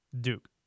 Duke